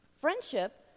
Friendship